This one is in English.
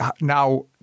Now